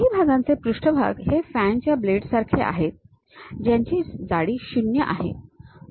काही भागांचे पृष्ठभाग हे फॅनच्या ब्लेड सारखे आहेत ज्यांची जाडी 0 आहे